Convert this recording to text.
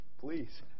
please